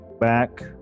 back